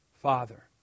father